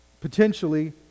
Potentially